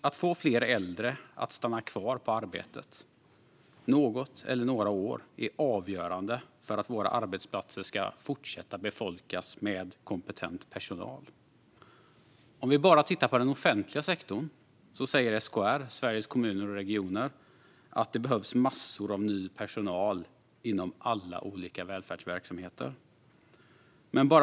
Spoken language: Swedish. Att få fler äldre att stanna kvar på arbetet något eller några år är avgörande för att våra arbetsplatser ska fortsätta befolkas av kompetent personal. Bara när det gäller offentliga sektorn säger SKR, Sveriges Kommuner och Regioner, att det behövs massor av ny personal inom alla olika välfärdsverksamheter.